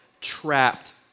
trapped